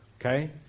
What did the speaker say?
okay